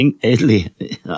Italy